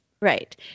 Right